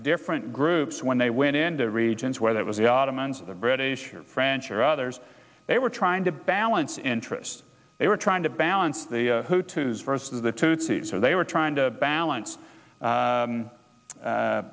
different groups when they went into regions whether it was the ottomans the british or french or others they were trying to balance interests they were trying to balance the hutus versus the tutsis so they were trying to balance